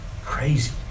crazy